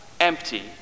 empty